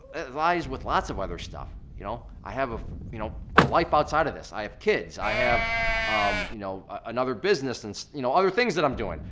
it lies with lots of other stuff. you know i have a you know ah life outside of this, i have kids, i have um you know another business and you know other things that i'm doing.